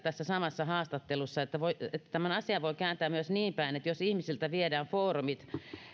tässä samassa haastattelussa että tämän asian voi kääntää myös niin päin että jos ihmisiltä viedään foorumit